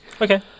Okay